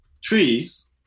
trees